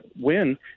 win